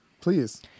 Please